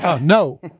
No